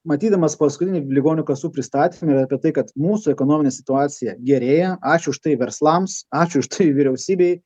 matydamas paskutinį ligonių kasų pristatymą ir apie tai kad mūsų ekonominė situacija gerėja ačiū už tai verslams ačiū už tai vyriausybei